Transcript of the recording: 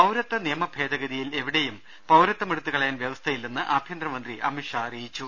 പൌരത്വ നിയമ ഭേദഗതിയിൽ എവിടെയും പൌരത്വമെടുത്തു കളയാൻ വ്യവസ്ഥയില്ലെന്ന് ആഭ്യന്തര മന്ത്രി അമിത്ഷാ അറിയിച്ചു